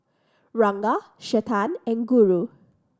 Ranga Chetan and Guru